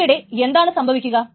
ഇവിടെ എന്താണ് സംഭവിക്കുക